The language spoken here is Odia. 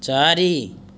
ଚାରି